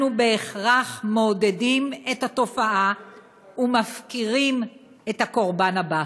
אנחנו בהכרח מעודדים את התופעה ומפקירים את הקורבן הבא.